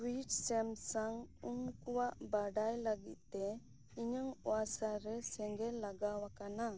tweet ᱥᱮᱢᱥᱟᱝ ᱩᱱᱠᱩᱣᱟᱜ ᱵᱟᱰᱟᱭ ᱞᱟᱹᱜᱤᱫ ᱛᱮ ᱤᱧᱟᱹᱜ ᱳᱣᱟᱥᱟᱨ ᱨᱮ ᱥᱮᱸᱜᱮᱞ ᱞᱟᱜᱟᱣ ᱟᱠᱟᱱᱟ